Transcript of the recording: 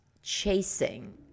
chasing